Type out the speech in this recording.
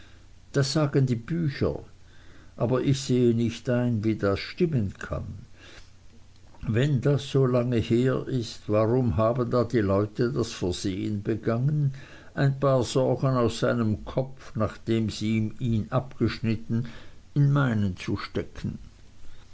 das sagen die bücher aber ich sehe nicht ein wie das stimmen kann wenn das solange her ist warum haben da die leute das versehen begangen ein paar sorgen aus seinem kopf nachdem sie ihm ihn abgeschnitten in meinen zu stecken